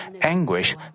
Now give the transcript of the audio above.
anguish